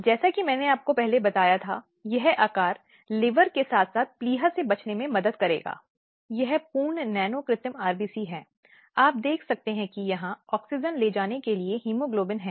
इसलिए मौत भी घरेलू हिंसा का रंग लेती है जो कि घर के भीतर होती है